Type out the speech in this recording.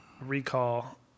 recall